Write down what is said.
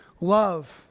love